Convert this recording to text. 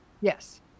Yes